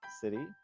city